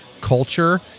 culture